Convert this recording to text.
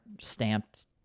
stamped